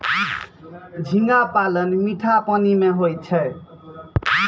झींगा पालन मीठा पानी मे होय छै